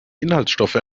inhaltsstoffe